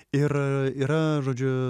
ir yra žodžiu